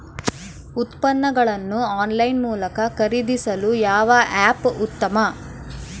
ಉತ್ಪನ್ನಗಳನ್ನು ಆನ್ಲೈನ್ ಮೂಲಕ ಖರೇದಿಸಲು ಯಾವ ಆ್ಯಪ್ ಉತ್ತಮ?